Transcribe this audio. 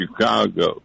Chicago